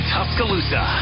Tuscaloosa